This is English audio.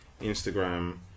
Instagram